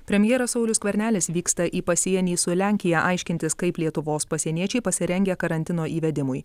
premjeras saulius skvernelis vyksta į pasienį su lenkija aiškintis kaip lietuvos pasieniečiai pasirengę karantino įvedimui